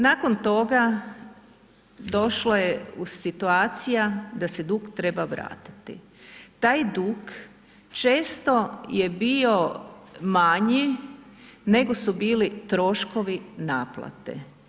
Nakon toga došla je situacija da se dug treba vratiti, taj dug često je bio manji nego su bili troškovi naplate.